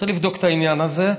צריך לבדוק את העניין הזה.